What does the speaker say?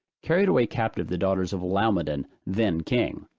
carried away captive the daughters of laomedon then king.